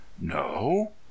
No